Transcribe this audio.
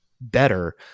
better